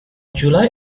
july